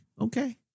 Okay